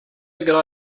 good